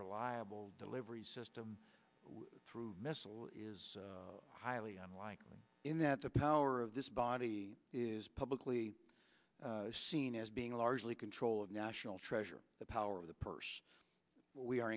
reliable delivery system through missile is highly unlikely in that the power of this body is publicly seen as being largely control of national treasure the power of the purse we are